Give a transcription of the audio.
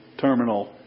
terminal